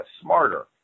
smarter